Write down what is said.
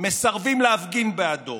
מסרבים להפגין בעדו,